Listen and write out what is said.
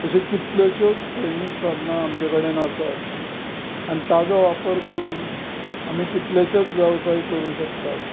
अशो कितल्योश्योच सैमीक साधनां आमचे कडेन आसात आनी ताजो वापर करून आमीं कितलेशेच वेवसाय करूंक शकतात